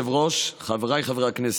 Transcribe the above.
אדוני היושב-ראש, חבריי חברי הכנסת,